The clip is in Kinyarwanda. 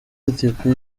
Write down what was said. ethiopie